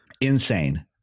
insane